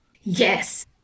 Yes